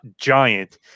giant